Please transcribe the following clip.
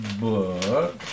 book